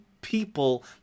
people